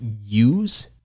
use